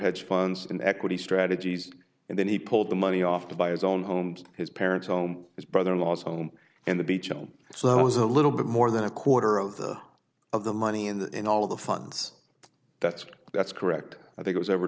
hedge funds and equity strategies and then he pulled the money off to buy his own homes his parents home his brother in law's home and the beach all so it was a little bit more than a quarter of the of the money and in all of the funds that's that's correct i think was over